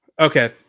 Okay